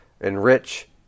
enrich